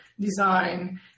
design